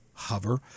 hover